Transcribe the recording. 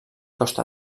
costa